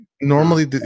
normally